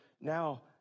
now